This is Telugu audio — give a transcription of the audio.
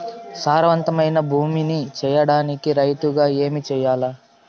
సారవంతమైన భూమి నీ సేయడానికి రైతుగా ఏమి చెయల్ల?